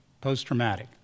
post-traumatic